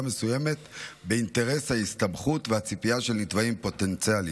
מסוימת באינטרס ההסתמכות והציפייה של נתבעים פוטנציאליים.